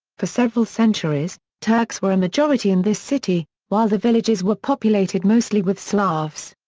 for several centuries, turks were a majority in this city, while the villages were populated mostly with slavs.